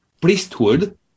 priesthood